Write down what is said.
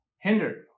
hindered